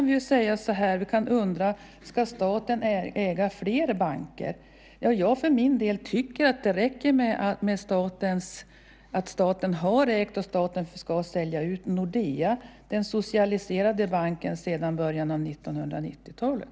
Vad sedan gäller om staten ska äga fler banker tycker jag tycker för min del att det räcker att staten har ägt och ska sälja ut Nordea, den socialiserade banken sedan början av 1990-talet.